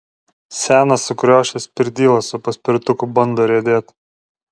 senas sukriošęs pirdyla su paspirtuku bando riedėt